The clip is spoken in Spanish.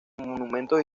monumentos